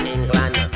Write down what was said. England